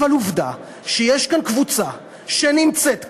אבל עובדה שיש כאן קבוצה שנמצאת כאן,